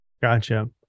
gotcha